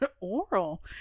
Oral